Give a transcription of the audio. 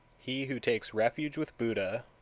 he who takes refuge with buddha,